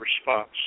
response